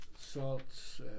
salt's